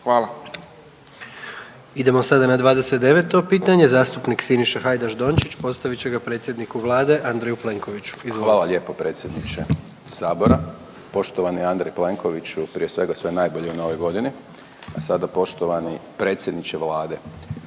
(HDZ)** Idemo sada na 29 pitanje, zastupnik Siniša Hajdaš Dončić postavit će ga predsjedniku vlade Andreju Plenkoviću. Izvolite. **Hajdaš Dončić, Siniša (SDP)** Hvala lijepo predsjedniče sabora. Poštovani Andrej Plenkoviću prije svega sve najbolje u Novoj godini, a sada poštovani predsjedniče vlade